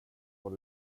vad